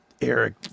Eric